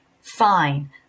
Fine